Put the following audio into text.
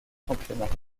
championnats